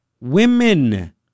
women